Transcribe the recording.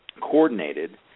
coordinated